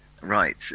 Right